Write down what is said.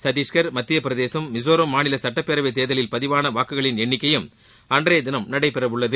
சத்தீஷ்கர் மத்தியபிரதேசம் மிசோரம் மாநில தேர்தலில் பதிவான வாக்குகளின் எண்ணிக்கையும் அன்றைய தினம் நடைபெறவுள்ளது